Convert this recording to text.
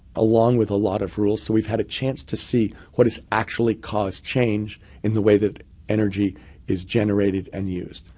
along with a lot of rules. so we've had a chance to see what has actually caused change in the way that energy is generated and used.